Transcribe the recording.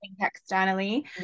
externally